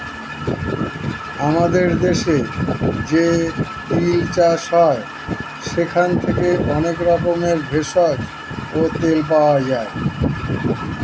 আমাদের দেশে যে তিল চাষ হয় সেখান থেকে অনেক রকমের ভেষজ ও তেল পাওয়া যায়